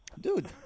Dude